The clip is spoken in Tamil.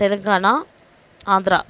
தெலுங்கானா ஆந்திரா